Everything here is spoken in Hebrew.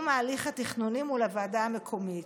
ההליך התכנוני מול הוועדה המקומית.